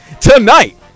Tonight